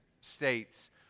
states